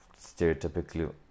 stereotypically